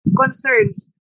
concerns